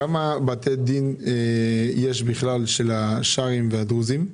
כמה בתי דין יש של השרעים והדרוזים.